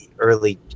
early